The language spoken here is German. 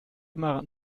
immer